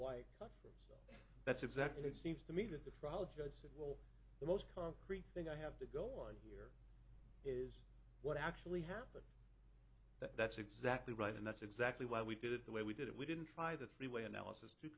why that's exactly it seems to me that the trial judge said the most concrete thing i have to go on here is what actually happened that's exactly right and that's exactly why we did it the way we did it we didn't try the three way analysis too